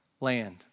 land